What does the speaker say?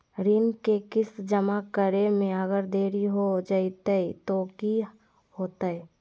ऋण के किस्त जमा करे में अगर देरी हो जैतै तो कि होतैय?